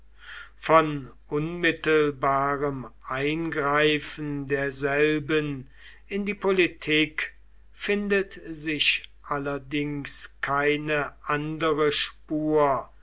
von unmittelbarem eingreifen derselben in die politik findet sich allerdings keine andere spur